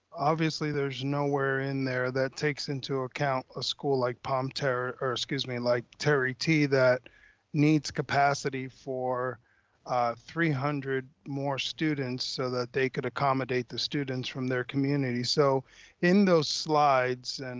obviously there's nowhere in there that takes into account a school like palm terrace, or excuse me, like turie t. that needs capacity for three hundred more students so that they could accommodate the students from their community. so in those slides, and